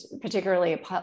particularly